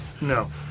No